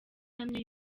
ihamye